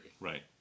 Right